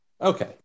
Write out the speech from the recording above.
Okay